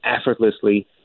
effortlessly